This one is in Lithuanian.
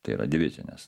tai yra divizinės